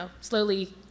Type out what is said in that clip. slowly